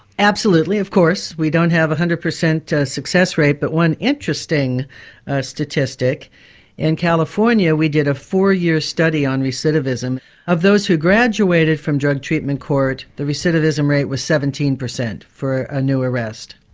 absolutely. of course. we don't have one hundred percent ah success rate, but one interesting statistic in california we did a four-year study on recidivism of those who graduated from drug treatment court, the recidivism rate was seventeen percent for a new arrest.